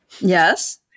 Yes